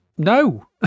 No